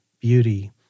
beauty